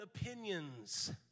opinions